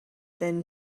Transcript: then